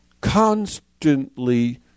constantly